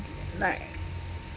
like